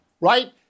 right